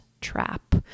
trap